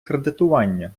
кредитування